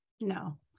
No